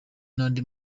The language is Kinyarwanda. n’andi